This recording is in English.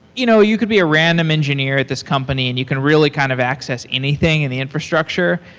you know you could be a random engineer at this company and you can really kind of access anything in the infrastructure,